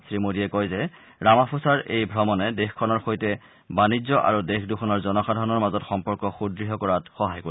শ্ৰীমোদীয়ে কয় যে শ্ৰীৰামাফোচাৰ এই ভ্ৰমণে দেশখনৰ সৈতে বাণিজ্য আৰু দেশ দুখনৰ জনসাধাৰণৰ মাজত সম্পৰ্ক সুদৃঢ় কৰাত সহায় কৰিব